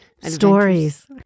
Stories